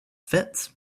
fits